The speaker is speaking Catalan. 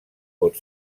pot